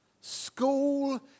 School